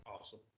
Awesome